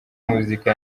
muzika